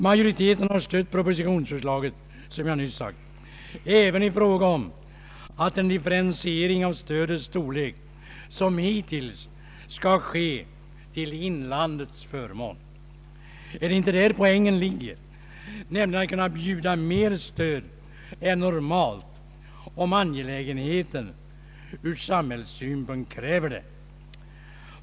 Majoriteten har stött propositionsförslaget — som jag nyss sagt — även när det gäller att en differentiering av stödets storlek som hittills skall ske till inlandets förmån. Är det inte där poängen ligger, nämligen att kunna bjuda mer stöd än normalt om angelägenheten ur samhällssynpunkt kräver det?